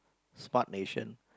spart nation